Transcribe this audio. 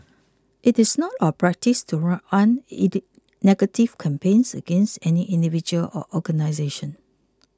it is not our practice to run negative campaigns against any individual or organisation